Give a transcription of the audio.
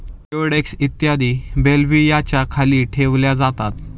जिओडेक्स इत्यादी बेल्व्हियाच्या खाली ठेवल्या जातात